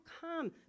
come